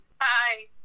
Hi